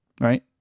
Right